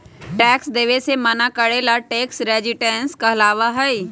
tax देवे से मना करे ला टैक्स रेजिस्टेंस कहलाबा हई